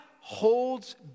holds